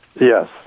Yes